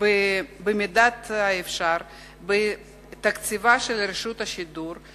במידת האפשר בתקציבה של רשות השידור,